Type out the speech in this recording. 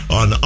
on